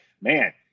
man